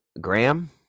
Graham